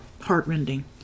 heartrending